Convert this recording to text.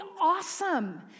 awesome